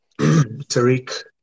Tariq